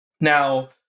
Now